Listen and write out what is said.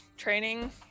training